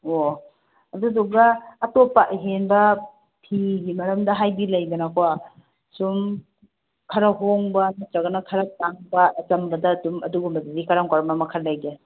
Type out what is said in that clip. ꯑꯣ ꯑꯗꯨꯗꯨꯒ ꯑꯇꯣꯞꯄ ꯑꯍꯦꯟꯕ ꯐꯤꯒꯤ ꯃꯔꯝꯗ ꯍꯥꯏꯕꯗꯤ ꯂꯩꯗꯅꯀꯣ ꯁꯨꯝ ꯈꯔ ꯍꯣꯡꯕ ꯅꯠꯇ꯭ꯔꯒꯅ ꯈꯔ ꯇꯥꯡꯕ ꯑꯆꯝꯕꯗ ꯑꯗꯨꯝ ꯑꯗꯨꯒꯨꯝꯕꯗꯗꯤ ꯀꯔꯝ ꯀꯔꯝꯕ ꯃꯈꯜ ꯂꯩꯒꯦ